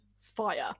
fire